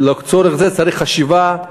לצורך זה צריך חשיבה,